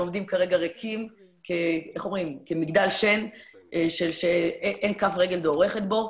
הם עומדים כרגע ריקים כמגדל שן שכף רגל לא דורכת בו,